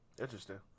Interesting